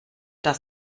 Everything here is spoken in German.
das